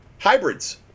hybrids